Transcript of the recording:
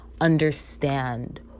understand